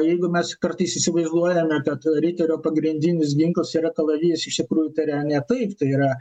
jeigu mes kartais įsivaizduojame kad riterio pagrindinis ginklas yra kalavijas iš tikrųjų tai yra ne taip tai yra